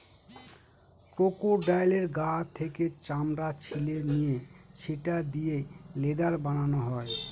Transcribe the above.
ক্রোকোডাইলের গা থেকে চামড়া ছিলে নিয়ে সেটা দিয়ে লেদার বানানো হয়